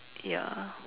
ya